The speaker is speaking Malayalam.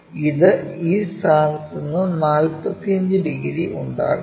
ഇത് ഈ സ്ഥാനത്ത് നിന്ന് 45 ഡിഗ്രി ഉണ്ടാക്കുന്നു